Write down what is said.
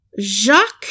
jacques